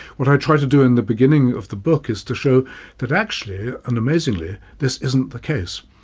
what i try to do in the beginning of the book is to show that actually and amazingly this isn't the case.